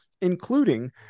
including